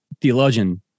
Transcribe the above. theologian